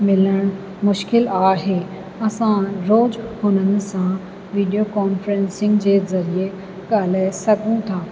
मिलणु मुश्किल आहे असां रोज़ु उन्हनि सां वीडियो कॉन्फ़्रेंसिंग जे ज़रिए ॻाल्हाए सघूं था